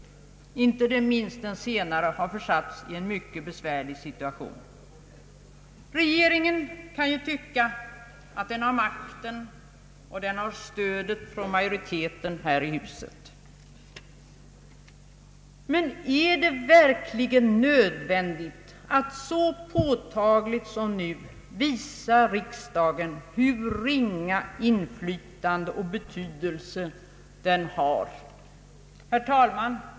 Inte minst den se nare har försatts i en mycket besvärlig situation. Regeringen kan ju tycka att den har makten och stödet från majoriteten här i huset. Men är det verkligen nödvändigt att så påtagligt som nu visa riksdagen hur ringa inflytande och betydelse den har. Herr talman!